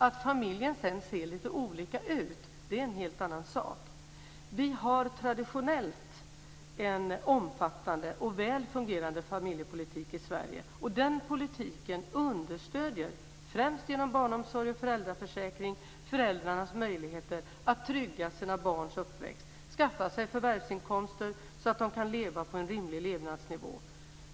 Att familjer sedan ser lite olika ut är en helt annan sak. Vi har traditionellt en omfattande och väl fungerande familjepolitik i Sverige, och den politiken understöder främst genom barnomsorg och föräldraförsäkring föräldrarnas möjligheter att trygga sina barns uppväxt och skaffa sig förvärvsinkomster så att de kan leva på rimlig levnadsnivå.